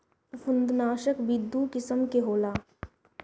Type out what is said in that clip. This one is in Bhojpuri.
फंफूदनाशक भी दू किसिम के होला